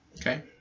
Okay